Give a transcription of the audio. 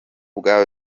bwa